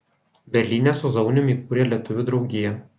berlyne su zaunium įkūrė lietuvių draugiją